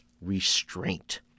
restraint